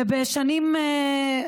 ובשנים,